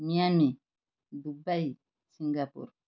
Miami Dubai Singapore